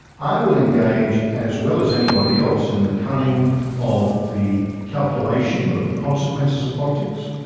i will engage as well as anybody else in the cunning of the calculation of the consequences of politics,